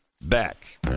back